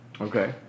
Okay